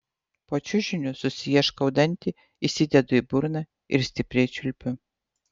po čiužiniu susiieškau dantį įsidedu į burną ir stipriai čiulpiu